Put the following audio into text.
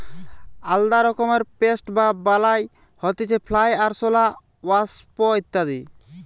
আলদা রকমের পেস্ট বা বালাই হতিছে ফ্লাই, আরশোলা, ওয়াস্প ইত্যাদি